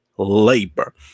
Labor